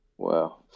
Wow